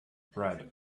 bread